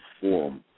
form